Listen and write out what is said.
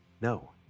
no